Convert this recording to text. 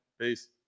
Peace